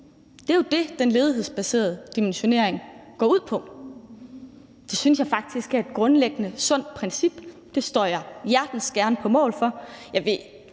Det er jo det, den ledighedsbaserede dimensionering går ud på. Det synes jeg faktisk er et grundlæggende sundt princip, og det står jeg hjertens gerne på mål for.